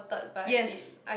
yes